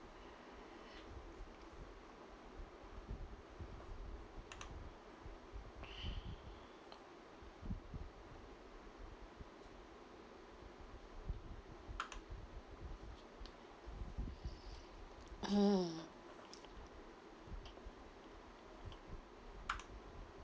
mm